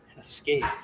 escape